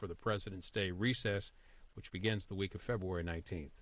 for the president's day recess which begins the week of february nineteenth